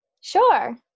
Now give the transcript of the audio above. Sure